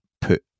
put